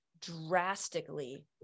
drastically